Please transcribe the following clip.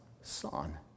son